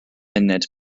munud